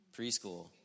Preschool